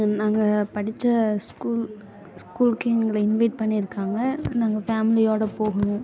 நாங்கள் படித்த ஸ்கூல் ஸ்கூலுக்கு எங்களை இன்வைட் பண்ணியிருக்காங்க நாங்கள் ஃபேமிலியோடய போகணும்